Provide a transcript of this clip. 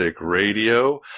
radio